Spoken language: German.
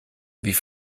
wie